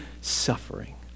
suffering